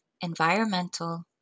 environmental